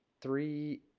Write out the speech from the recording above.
three